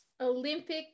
Olympic